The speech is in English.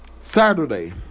Saturday